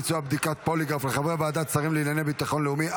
ביצוע בדיקת פוליגרף לחברי ועדת שרים לענייני ביטחון לאומי),